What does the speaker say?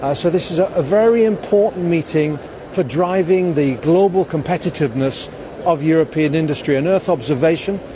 ah so this is a very important meeting for driving the global competitiveness of european industry on earth observation,